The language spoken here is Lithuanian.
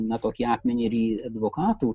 na tokį akmenį ir į advokatų